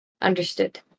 understood